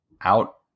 out